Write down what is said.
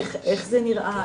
איך זה נראה,